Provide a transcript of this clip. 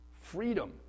freedom